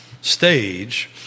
stage